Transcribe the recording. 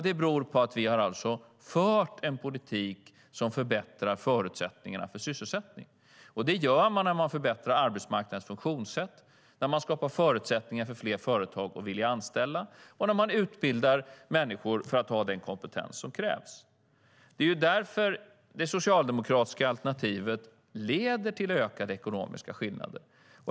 Det beror på att vi har fört en politik som förbättrar förutsättningarna för sysselsättning. Det gör man när man förbättrar arbetsmarknadens funktionssätt, skapar förutsättningar för fler företag att vilja anställa och när man utbildar människor för att ha den kompetens som krävs. Det är därför det socialdemokratiska alternativet leder till ökade ekonomiska skillnader.